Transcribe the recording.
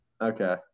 Okay